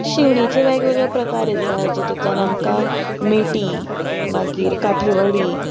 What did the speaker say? शिंवणेचे वेगवेगळे प्रकार आसा जितुंतल्यान आमकां मेटी मागीर काठेवडी